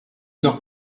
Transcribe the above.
sors